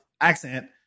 accent